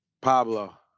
Pablo